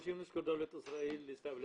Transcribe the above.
(מדבר בערבית).